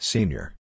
Senior